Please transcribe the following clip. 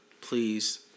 Please